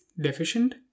deficient